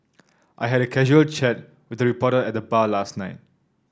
I had a casual chat with a reporter at the bar last night